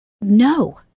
No